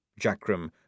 Jackram